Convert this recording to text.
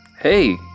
Hey